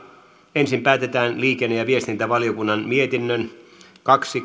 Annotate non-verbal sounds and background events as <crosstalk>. ensin päätetään liikenne ja viestintävaliokunnan mietinnön kaksi <unintelligible>